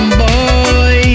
boy